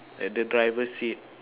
at the driver seat